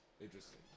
Interesting